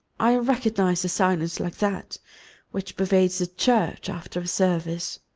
i recognised a silence like that which pervades a church after a service.